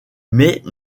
mais